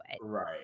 Right